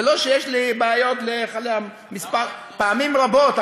ולא שיש לי בעיות, פעמים רבות אמרנו.